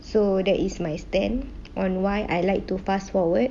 so that is my stand on why I'd like to fast forward